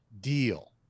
deal